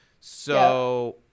So-